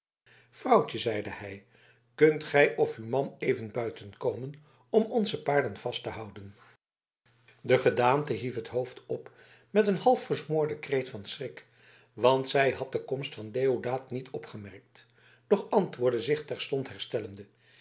vrouwtje zeide hij kunt gij of uw man even buiten komen om onze paarden vast te houden de gedaante hief het hoofd op met een half versmoorden kreet van schrik want zij had de komst van deodaat niet opgemerkt doch antwoordde zich terstond herstellende